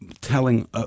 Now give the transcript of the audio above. telling